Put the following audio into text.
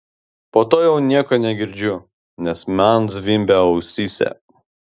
po to jau nieko negirdžiu nes man zvimbia ausyse